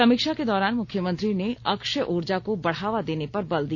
समीक्षा के दौरान मुख्यमंत्री ने अक्षय उर्जा को बढ़ावा देने पर बल दिया